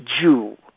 Jew